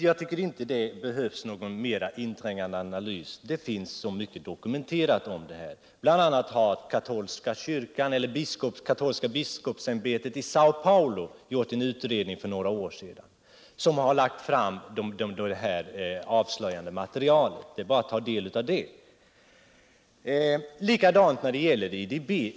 Jag tycker alltså inte att det behövs någon mera inträngande analys — det finns så mycket dokumenterat om detta. Bl. a. har katolska biskopsämbetet i §äo0 Paulo för några år sedan gjort en utredning där man har lagt fram avslöjande material. Det är bara att ta del av det. Lika är det när det gäller IDB.